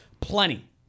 plenty